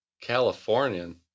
Californian